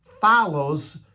follows